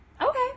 Okay